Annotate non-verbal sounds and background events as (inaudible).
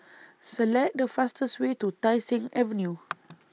Select The fastest Way to Tai Seng Avenue (noise)